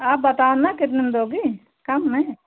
आप बताओ ना कितना में दोगे कम में